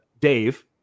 Dave